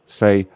say